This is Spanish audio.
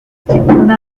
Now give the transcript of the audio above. una